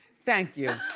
thank you.